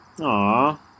Aw